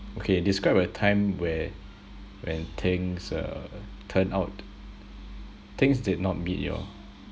okay describe a time where when things uh turned out things did not meet your